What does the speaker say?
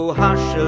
hush